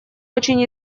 очень